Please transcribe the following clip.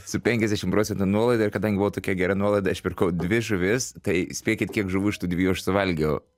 su penkiasdešimt procentų nuolaida ir kadangi buvo tokia gera nuolaida aš pirkau dvi žuvis tai spėkit kiek žuvų iš tų dviejų aš suvalgiau